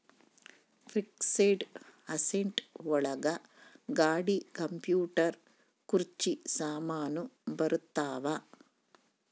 fixed asset ಒಳಗ ಗಾಡಿ computer ಕುರ್ಚಿ ಸಾಮಾನು ಬರತಾವ